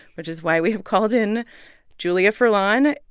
which is why we have called in julia furlan.